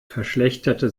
verschlechterte